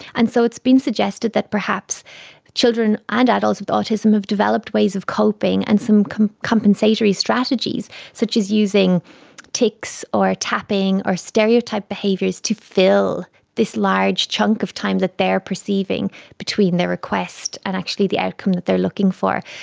and so it's been suggested that perhaps children and adults with autism have developed ways of coping and some compensatory strategies such as using ticks or tapping or stereotype behaviours to fill this large chunk of time that they are perceiving between the request and actually the outcome that they are looking for.